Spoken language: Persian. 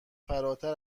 فراتر